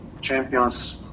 champions